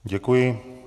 Děkuji.